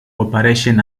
operations